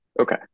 Okay